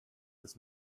this